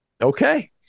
Okay